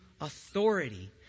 authority